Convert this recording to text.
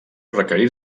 requerir